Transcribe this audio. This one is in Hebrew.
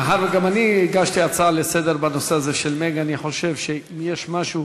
אני הגשתי הצעה לסדר-היום בנושא הזה של "מגה" אני חושב שיש משהו